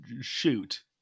shoot